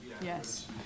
Yes